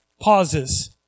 pauses